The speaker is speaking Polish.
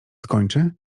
skończy